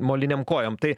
molinėm kojom tai